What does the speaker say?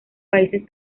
países